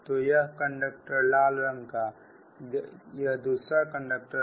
तो यह एक कंडक्टर है लाल रंग का यह दूसरा कंडक्टर है